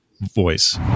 voice